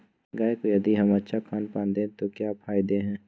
गाय को यदि हम अच्छा खानपान दें तो क्या फायदे हैं?